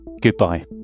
goodbye